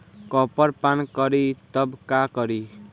Copper पान करी तब का करी?